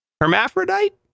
Hermaphrodite